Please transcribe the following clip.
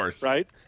right